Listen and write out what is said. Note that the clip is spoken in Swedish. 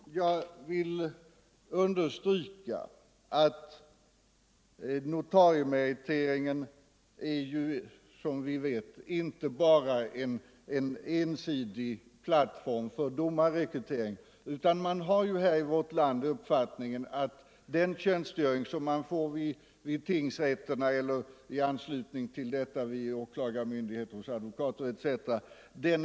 Fru talman! Jag vill understryka att notariemeriteringen som vi vet inte bara är en ensidig plattform för domarrekrytering. Man har i vårt land uppfattningen att tjänstgöringen vid tingsrätterna eller i anslutning till dessa — vid åklagarmyndigheter, hos advokater etc.